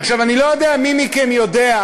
עכשיו, אני לא יודע מי מכם יודע,